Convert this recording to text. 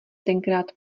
tenkrát